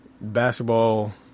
Basketball